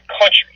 country